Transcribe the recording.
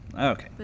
Okay